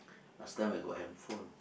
last time I got handphone